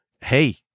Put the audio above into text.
hey